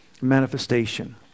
manifestation